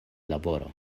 laboro